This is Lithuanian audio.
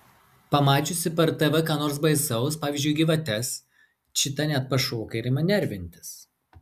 pamačiusi per tv ką nors baisaus pavyzdžiui gyvates čita net pašoka ir ima nervintis